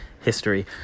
history